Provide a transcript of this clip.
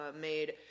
made